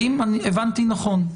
האם הבנתי נכון?